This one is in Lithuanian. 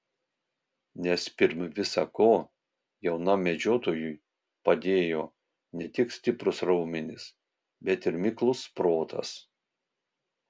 nes pirm visa ko jaunam medžiotojui padėjo ne tik stiprūs raumenys bet ir miklus protas